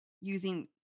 using